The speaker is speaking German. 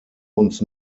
uns